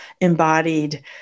embodied